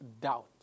doubt